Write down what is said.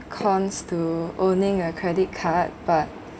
cons to owning a credit card but